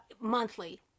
monthly